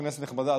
כנסת נכבדה,